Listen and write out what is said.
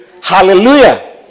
Hallelujah